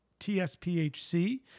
TSPHC